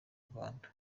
rwanda